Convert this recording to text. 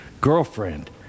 girlfriend